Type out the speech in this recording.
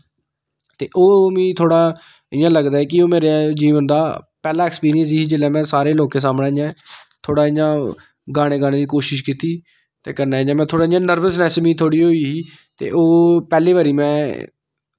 ते ओह् मीं थोह्ड़ा इ'यां लगदा ऐ कि ओह् मेरे जीवन दा पैह्ला ऐक्सपीरिंस ही जिसलै में सारें लोकें सामनै इ'यां थोह्ड़ा इ'यां गाना गाने दी कोशिश कीती ते कन्नै इ'यां में इ'यां नर्वसनैस्स बी थोह्ड़ी होई ही ते ओह् पैह्ली बारी में